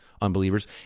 unbelievers